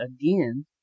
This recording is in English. again